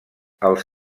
els